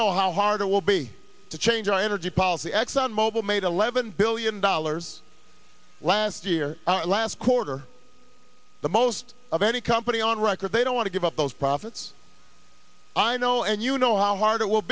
know how hard it will be to change our energy policy exxon mobil made eleven billion dollars last year last quarter the most of any company on record they don't want to give up those profits i know and you know how hard it will